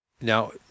now